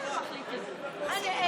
אני אגיד.